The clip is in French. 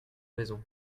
maison